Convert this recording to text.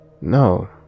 No